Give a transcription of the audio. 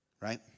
right